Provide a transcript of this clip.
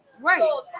Right